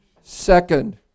Second